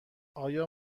آیا